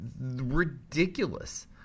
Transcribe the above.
Ridiculous